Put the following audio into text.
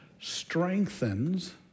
strengthens